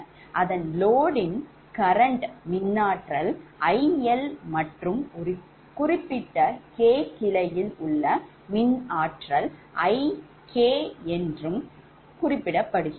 அதன் loadயின் current மின் ஆற்றலை IL மற்றும் ஒரு குறிப்பிட்ட 𝐾 கிளையில் உள்ள மின் ஆற்றல் IK என்று அனைத்தும் குறிப்பிடப்பட்டுள்ளது